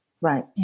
Right